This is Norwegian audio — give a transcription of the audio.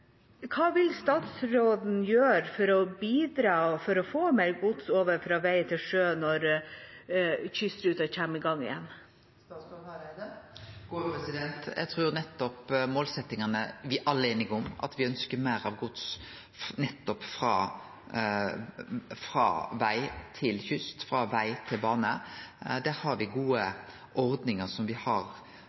vil statsråden gjøre for å bidra til å få mer gods over fra vei til sjø når kystruten kommer i gang igjen? Når det gjeld dei målsetjingane me alle er einige om, at me ønskjer meir gods over frå veg til kyst og frå veg til bane, har me gode ordningar som me har